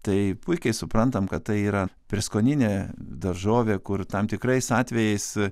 tai puikiai suprantam kad tai yra prieskoninė daržovė kur tam tikrais atvejais